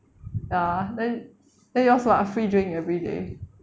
ah then then yours what free drink every day